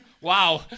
Wow